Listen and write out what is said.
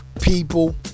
people